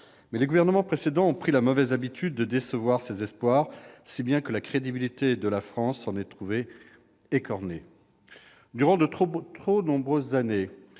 Mais les gouvernements précédents ont pris la mauvaise habitude de décevoir ces espoirs, si bien que la crédibilité de la France s'en est trouvée écornée. Durant de trop nombreuses années,